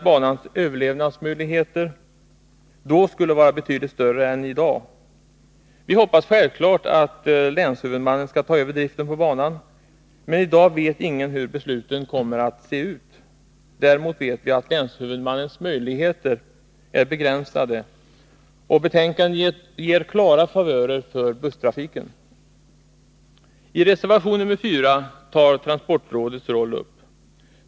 Banans överlevnadsmöjligheter skulle därmed enligt vår mening bli betydligt större än i dag. Vi hoppas självfallet att länshuvudmannen skall ta över driften av banan. Men i dag vet ingen hur besluten kommer att se ut. Däremot vet vi att länshuvudmannens möjligheter är begränsade, och till detta kommer att man i betänkandet ger klara favörer för busstrafiken. I reservation nr 4 behandlas transportrådets roll.